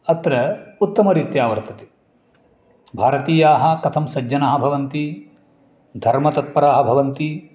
अत्र उत्तमरीत्या वर्तते भारतीयाः कथं सज्जनाः भवन्ति धर्मतत्पराः भवन्ति